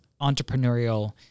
entrepreneurial